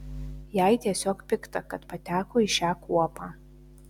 jai tiesiog pikta kad pateko į šią kuopą